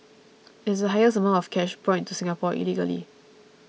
it is the highest amount of cash brought into Singapore illegally